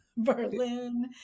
berlin